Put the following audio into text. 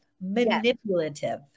Manipulative